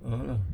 uh uh